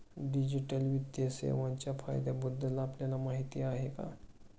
Digital वित्तीय सेवांच्या फायद्यांबद्दल आपल्याला माहिती आहे का?